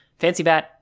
fancybat